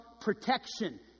protection